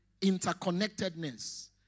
interconnectedness